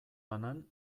banan